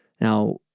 Now